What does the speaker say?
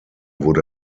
wurde